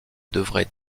devraient